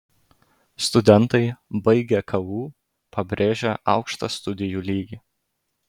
studentai baigę ku pabrėžia aukštą studijų lygį